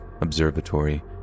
observatory